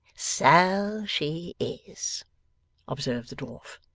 so she is observed the dwarf.